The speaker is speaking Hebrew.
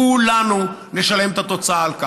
כולנו נשלם את התוצאה של זה,